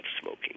smoking